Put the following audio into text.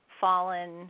fallen